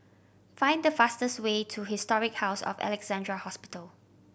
find the fastest way to Historic House of Alexandra Hospital